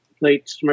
late